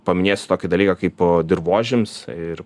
paminėsiu tokį dalyką kaip dirvožemis ir